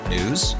News